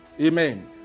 Amen